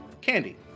candy